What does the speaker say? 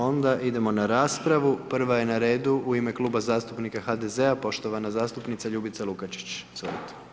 Onda idemo na raspravu, prva je na redu u ime Kluba zastupnika HDZ-a poštovana zastupnica Ljubica Lukačić, izvolite.